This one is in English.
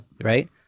right